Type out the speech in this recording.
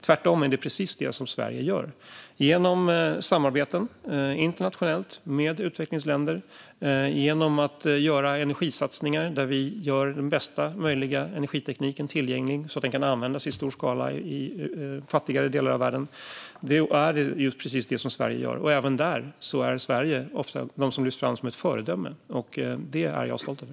Tvärtom är det precis det som Sverige gör genom samarbeten internationellt med utvecklingsländer och genom energisatsningar där vi gör den bästa möjliga energitekniken tillgänglig så att den kan användas i stor skala i fattigare delar av världen. Det är precis det som Sverige gör. Även där lyfts Sverige ofta fram som ett föredöme, och det är jag stolt över.